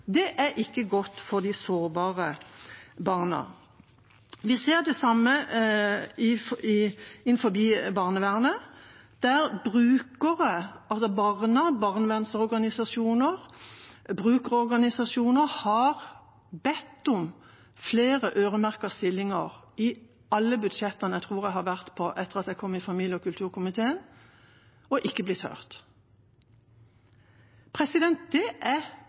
Det er ikke godt for de sårbare barna. Vi ser det samme innenfor barnevernet, der brukere – altså barn, barnevernsorganisasjoner og brukerorganisasjoner – har bedt om flere øremerkede stillinger i jeg tror alle budsjettene jeg har vært med på etter at jeg kom inn i familie- og kulturkomiteen, og ikke blitt hørt. Det er